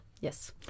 Yes